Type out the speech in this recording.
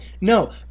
no